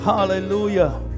Hallelujah